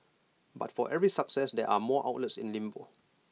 but for every success there are more outlets in limbo